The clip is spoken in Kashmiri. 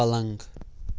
پلنٛگ